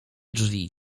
drzwi